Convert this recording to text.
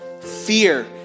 fear